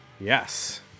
Yes